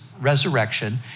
resurrection